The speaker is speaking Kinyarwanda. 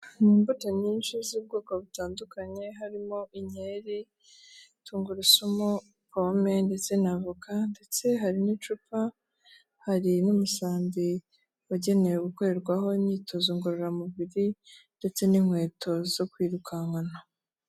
Ni muibuto nyinshi z'ubwoko butandukanye harimo inkeri, tungurusumu, pome ndetse na avoka ndetse hari n'icupa hari n'umusambi wagenewe gukorerwaho imyitozo ngororamubiri ndetse n'inkweto zo kwirukankana.